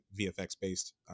VFX-based